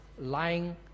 lying